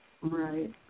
Right